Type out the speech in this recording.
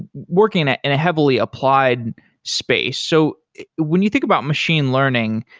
working in a heavily applied space. so when you think about machine learning,